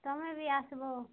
ତମେ ବି ଆସିବ